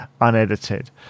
unedited